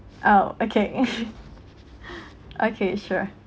oh okay okay sure